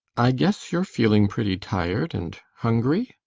i guess you're feeling pretty tired and hungry,